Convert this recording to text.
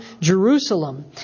Jerusalem